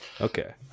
Okay